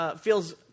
feels